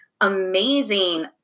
amazing